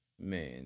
Man